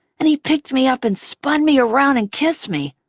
and he picked me up and spun me around and kissed me.